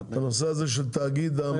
הנושא הזה של תאגיד המים.